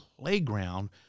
playground